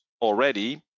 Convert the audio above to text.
already